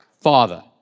Father